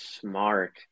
smart